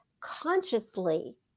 consciously